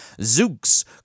Zooks